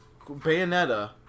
Bayonetta